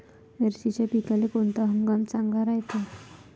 मिर्चीच्या पिकाले कोनता हंगाम चांगला रायते?